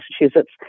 Massachusetts